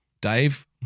Dave